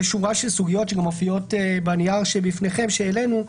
יש שורה של סוגיות שגם מופיעות בנייר שבפניכם שהעלינו.